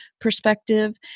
perspective